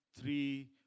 three